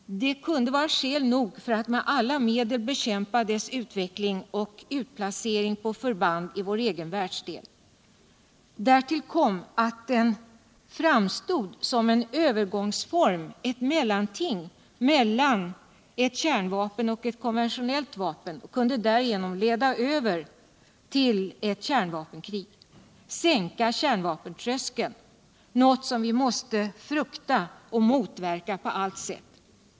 Det kunde vara skäl nog för att med atla medel bekämpa dess utveckling och utplacering på förband i vår egen världsdel. Därtill kommer att bomben har framstått som ett mellanting mellan ov kärnvapen och ett konventionellt vapen, vars användande kunde leda över tull ett kärnvapenkrig. En sänkning av kärnvapentröskeln är något som vi måste frukta och motverka på allt sätt.